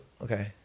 okay